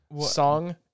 Song